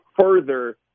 further